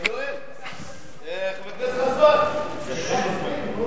חבר הכנסת חסון, סליחה, מספיק, נו.